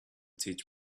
teach